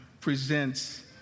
presents